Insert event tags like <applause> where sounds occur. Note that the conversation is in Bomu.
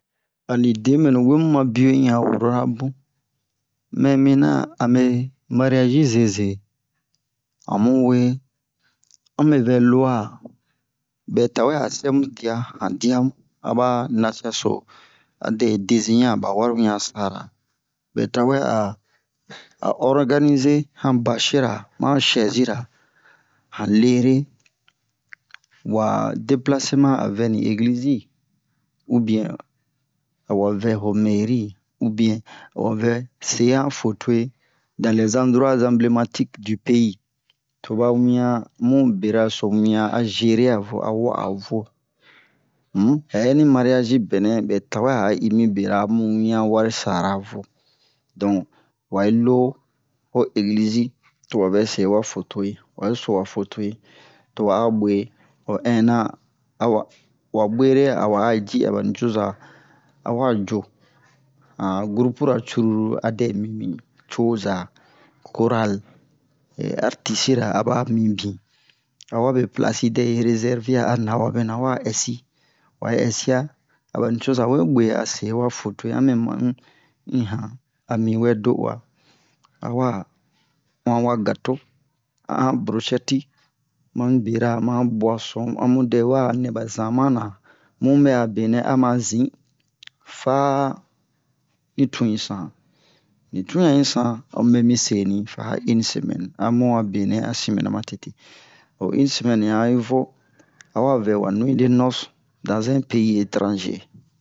ani debenu wemu mabio in ya worora bun mɛ mina ame mariage zi zeze amuwe amevɛ luwa bɛ tawe a sɛmu dia han diamu aba nasiaso adɛ designer a ba wari wian sara bɛ tawɛ'a a organiser han bache ra mahan chaise ra han lere wa deplacement avɛni eglise zi ou bien awavɛ ho mairie ou bien awavɛ se'an photo we dans les endroits emblematiques du pays toba wian muberaso wian a gerer avo a wa'avo um hɛni mariage bɛnɛ bɛ tawe'a a'a imi bera mu wian wari saravo don wa'i lo ho eglise zi towa vɛ sewa photo we wa'i sowa photo we towa'a bwe ho hinna awa wabwere awa aji aba nicoza awa jo han'a groupe ra cruru adɛ mimi coza chorale <hesitation> artiste ra aba mibin awabe place si dɛ'i reserver a na wabena awa ɛsi wa'i ɛsi'a abani coza webwe'a sewa photo e amɛ ma ma'i han amiwɛ do'uwa awa uwan wa gateau ahan brochette ti wa'un bera mahan boisson amudɛ wanɛ ba zama na mubɛ'a benɛ ama zin fani tun yisan ni tun yan'i san omibeni seni fa une semaine amu'a benɛ asin mɛna ma tete o une semaine yan'i vo awavɛ wa nuit de noce dans un pays etranger